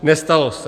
Nestalo se.